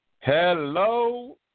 hello